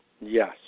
Yes